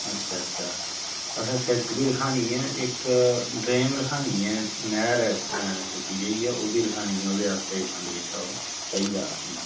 अच्छा अच्छा असें सिड़क बी रखानी ऐ इक ड्रेन रखानी ऐ नैह्र ऐ छोटी जेही ऐ ओह् बी रखानी ऐ उदे आस्तै एह् फंड जेह्का ओह् चाहिदा असें